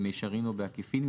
במישרין או בעקיפין,